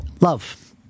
Love